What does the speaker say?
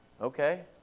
Okay